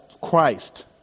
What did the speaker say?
Christ